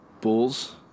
Bulls